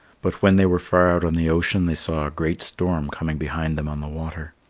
but when they were far out on the ocean, they saw a great storm coming behind them on the water.